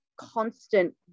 constant